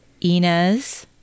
Inez